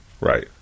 Right